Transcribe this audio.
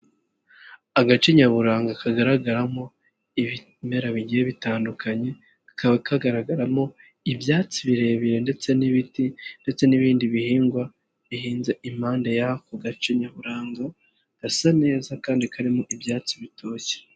Agace nyaburanga kagaragaramo ibimera bigiye bitandukanye kakaba kagaragaramo ibyatsi birebire ndetse n'ibiti ndetse n'ibindi bihingwa bihinze impande y'ako gace nyaburanga, gasa neza kandi karimo ibyatsi bitoshye.